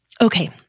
Okay